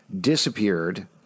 disappeared